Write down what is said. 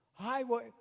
highway